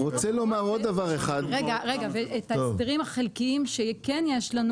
את ההסדרים החלקיים שכן יש לנו,